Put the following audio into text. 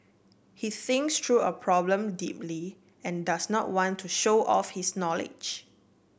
he thinks through a problem deeply and does not want to show off his knowledge